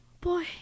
boy